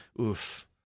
Oof